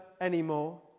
anymore